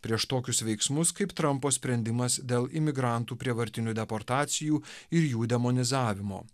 prieš tokius veiksmus kaip trampo sprendimas dėl imigrantų prievartinių deportacijų ir jų demonizavimo